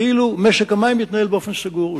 כאילו משק המים מתנהל באופן סגור.